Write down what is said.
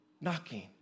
knocking